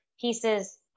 pieces